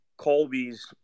Colby's